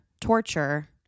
torture